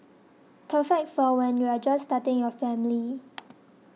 perfect for when you're just starting your family